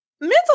Mental